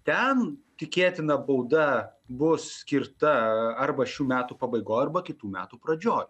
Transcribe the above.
ten tikėtina bauda bus skirta arba šių metų pabaigoj arba kitų metų pradžioj